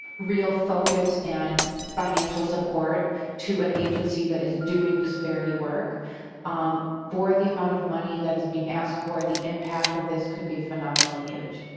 real focus and financial support to an agency that is doing disparity work um for the amount of money that is being asked for the impact this could be phenomenal huge.